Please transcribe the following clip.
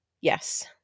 yes